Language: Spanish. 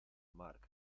marc